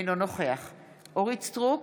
אינו נוכח אורית מלכה סטרוק,